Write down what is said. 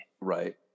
Right